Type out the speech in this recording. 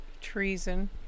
Treason